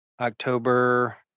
October